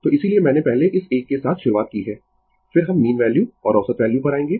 तो इसीलिये मैंने पहले इस एक के साथ शुरूवात की है फिर हम मीन वैल्यू और औसत वैल्यू पर आएंगें